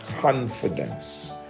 confidence